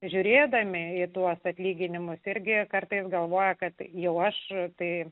žiūrėdami į tuos atlyginimus irgi kartais galvoja kad jau aš tai